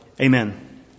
Amen